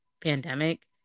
pandemic